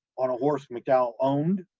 on a horse mcdowell owned,